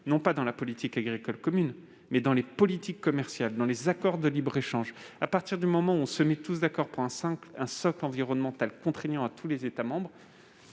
non pas dans la politique agricole commune, mais dans les politiques commerciales et dans les accords de libre-échange. À partir du moment où l'on se met tous d'accord sur un socle environnemental contraignant à tous les États membres,